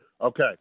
Okay